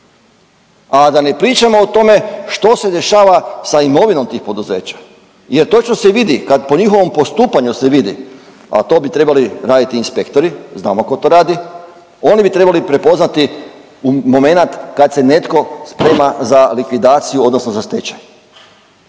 A da ne pričamo o tome što se dešava da imovinom tih poduzeća, jer točno se vidi kad po njihovom postupanju se vidi, a to bi trebali raditi inspektori, znamo tko to radi, oni bi trebali prepoznati momenat kad se netko sprema za likvidaciju, odnosno za stečaj.